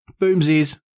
Boomsies